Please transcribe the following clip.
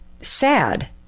sad